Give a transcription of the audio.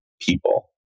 people